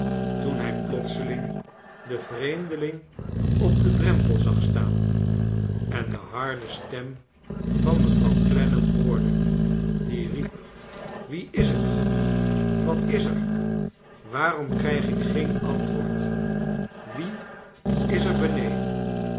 toen hij plotseling den vreomdeling op den drempel zag staan en de harde stem van mevrouw clennam hoorde die riep wie is t wat is er waarom krijg ik geen antwoord wie is er beneden